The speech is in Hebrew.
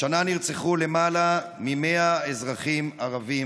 השנה נרצחו למעלה מ-100 אזרחים ערבים.